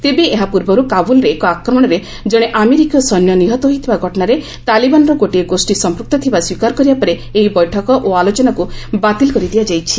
ତେବେ ଏହା ପୂର୍ବରୁ କାବ୍ରଲ୍ରେ ଏକ ଆକ୍ରମଣରେ ଜଣେ ଆମେରିକୀୟ ସୈନ୍ୟ ନିହତ ହୋଇଥିବା ଘଟଣାରେ ତାଲିବାନର ଗୋଟିଏ ଗୋଷ୍ଠୀ ସମ୍ପୃକ୍ତ ଥିବା ସ୍ୱୀକାର କରିବା ପରେ ଏହି ବୈଠକ ଓ ଆଲୋଚନାକୁ ବାତିଲ୍ କରିଦିଆଯାଇଛି